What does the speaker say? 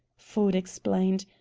ford explained,